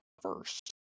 first